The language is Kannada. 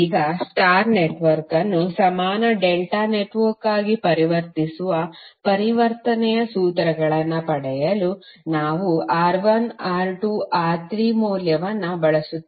ಈಗ ಸ್ಟಾರ್ ನೆಟ್ವರ್ಕ್ ಅನ್ನು ಸಮಾನ ಡೆಲ್ಟಾ ನೆಟ್ವರ್ಕ್ ಆಗಿ ಪರಿವರ್ತಿಸುವ ಪರಿವರ್ತನೆ ಸೂತ್ರಗಳನ್ನು ಪಡೆಯಲು ನಾವು R1 R2 R3 ಮೌಲ್ಯವನ್ನು ಬಳಸುತ್ತೇವೆ